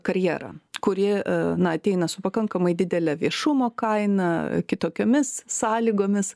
karjerą kuri na ateina su pakankamai didele viešumo kaina kitokiomis sąlygomis